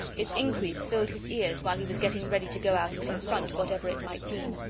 its increase filled his ears while he was getting ready to go out and confront whatever it might mean.